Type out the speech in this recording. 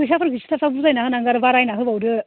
फैसाफोरखौ एसे थाब थाब बुजायना होनांगौ आरो बारायना होबावदो